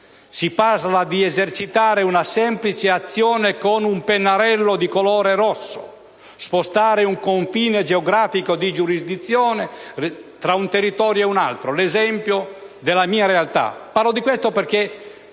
ma di esercitare una semplice azione con un pennarello di colore rosso: spostare un confine geografico di giurisdizione tra un territorio ed un altro. È l'esempio della mia realtà. Parlo di questo perché